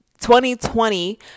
2020